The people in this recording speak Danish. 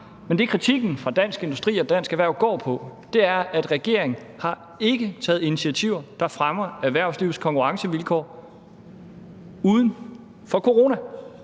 Men det, kritikken fra Dansk Industri og Dansk Erhverv går på, er, at regeringen ikke har taget initiativer, der fremmer erhvervslivets konkurrencevilkår, uden for